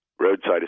roadside